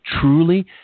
truly